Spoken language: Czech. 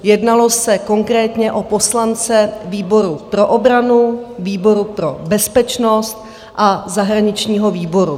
Jednalo se konkrétně o poslance výboru pro obranu, výboru pro bezpečnost a zahraničního výboru.